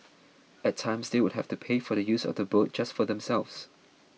at times they would have to pay for the use of the boat just for themselves